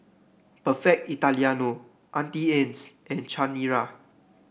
Perfect Italiano Auntie Anne's and Chanira